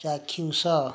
ଚାକ୍ଷୁଷ